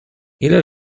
ile